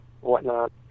whatnot